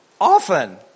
often